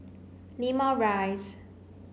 Limau Rise